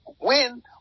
win